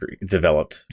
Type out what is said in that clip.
developed